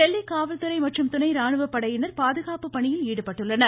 டெல்லி காவல்துறை மற்றும் துணை ராணுவப்படையினர் பாதுகாப்பு பணியில் ஈடுபட்டுள்ளனர்